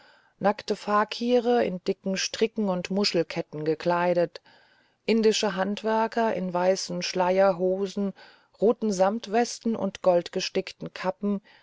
nackte fakire in dicke stricke und muschelketten gekleidet indische handwerker in weißen schleierhosen roten sammetwesten und goldgestickten kappen